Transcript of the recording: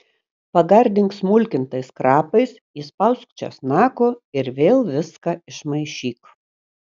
pagardink smulkintais krapais įspausk česnako ir vėl viską išmaišyk